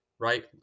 right